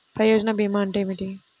ప్రయోజన భీమా అంటే ఏమిటి?